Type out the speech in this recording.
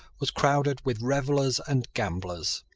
was crowded with revellers and gamblers.